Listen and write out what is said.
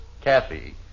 Kathy